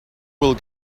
will